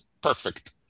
perfect